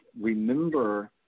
remember